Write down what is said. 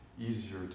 easier